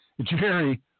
Jerry